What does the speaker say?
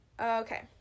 Okay